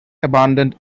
abandoned